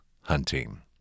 Hunting